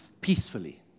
peacefully